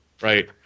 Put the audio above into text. right